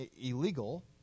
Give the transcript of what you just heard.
illegal